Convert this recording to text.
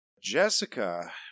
Jessica